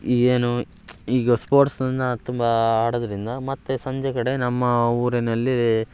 ಈ ಏನು ಈಗ ಸ್ಪೋರ್ಟ್ಸನ್ನು ತುಂಬ ಆಡೋದರಿಂದ ಮತ್ತೆ ಸಂಜೆ ಕಡೆ ನಮ್ಮ ಊರಿನಲ್ಲಿ